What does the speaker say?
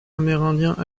amérindiens